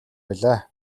билээ